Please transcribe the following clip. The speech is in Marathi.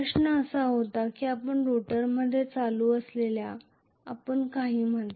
प्रश्न असा होता की आपण रोटरमध्ये चालू असल्याचे आपण का म्हणता